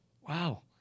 wow